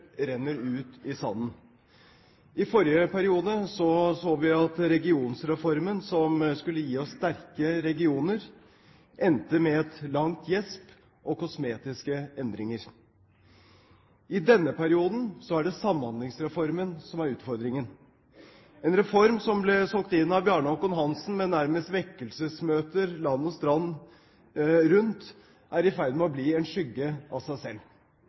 vi at Regionreformen, som skulle gi oss sterke regioner, endte med et langt gjesp og kosmetiske endringer. I denne perioden er det Samhandlingsreformen som er utfordringen, en reform som ble solgt inn av Bjarne Håkon Hanssen – med nærmest vekkelsesmøter land og strand rundt – som er i ferd med å bli en skygge av seg selv.